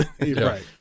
right